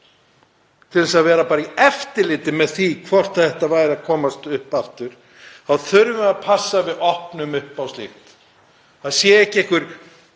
til þess að vera bara í eftirliti með því hvort meinið væri að koma upp aftur, þá þurfum við að passa að við opnum á slíkt, að það sé ekki 40